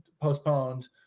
postponed